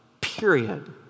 period